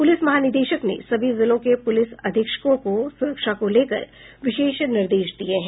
police महानिदेशक ने सभी जिलों के पुलिस अधीक्षकों को सुरक्षा को लेकर विशेष निर्देश दिये हैं